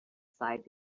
sighed